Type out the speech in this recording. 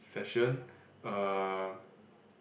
session uh